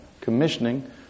commissioning